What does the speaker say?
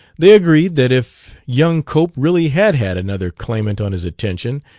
they agreed that if young cope really had had another claimant on his attention,